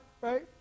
right